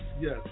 yes